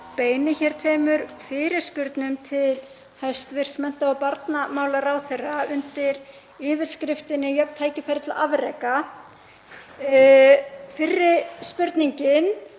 beini hér tveimur fyrirspurnum til hæstv. mennta- og barnamálaráðherra undir yfirskriftinni: Jöfn tækifæri til afreka. Fyrri spurningin